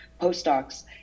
postdocs